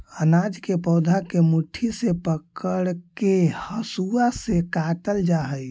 अनाज के पौधा के मुट्ठी से पकड़के हसुआ से काटल जा हई